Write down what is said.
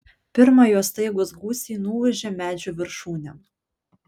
pirma jo staigūs gūsiai nuūžė medžių viršūnėm